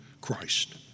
Christ